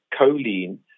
choline